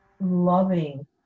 loving